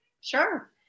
Sure